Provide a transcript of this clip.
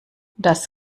das